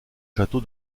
château